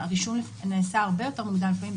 הרישום נעשה הרבה יותר מוקדם לפעמים,